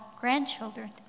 grandchildren